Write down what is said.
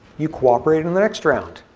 you cooperate in the next round.